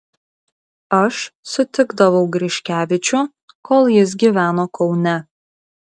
aš sutikdavau griškevičių kol jis gyveno kaune